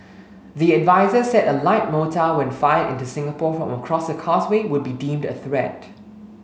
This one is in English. the adviser said a light mortar when fired into Singapore from across the Causeway would be deemed a threat